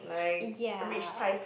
ya